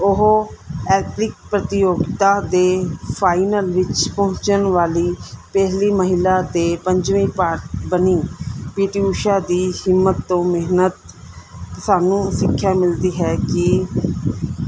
ਉਹ ਐਪਰੀ ਪ੍ਰਤੀਯੋਗਤਾ ਦੇ ਫਾਈਨਲ ਵਿੱਚ ਪਹੁੰਚਣ ਵਾਲੀ ਪਹਿਲੀ ਮਹਿਲਾ ਅਤੇ ਪੰਜਵੀਂ ਭਾਰਤੀ ਬਣੀ ਪੀ ਟੀ ਊਸ਼ਾ ਦੀ ਹਿੰਮਤ ਤੋਂ ਮਿਹਨਤ ਸਾਨੂੰ ਸਿੱਖਿਆ ਮਿਲਦੀ ਹੈ ਕਿ